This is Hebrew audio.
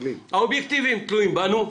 האובייקטיביים תלויים בנו,